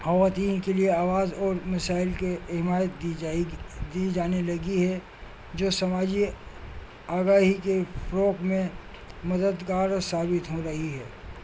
خواتین کے لیے آواز اور مسائل کے حمایت دی جائے گی دے جانے لگی ہے جو سماجی آگاہی کے فروغ میں مددگار اور ثابت ہو رہی ہے